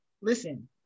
listen